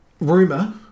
Rumor